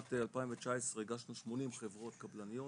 משנת 2019 הגשנו 80 חברות קבלניות,